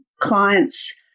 clients